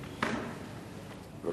אדוני היושב-ראש,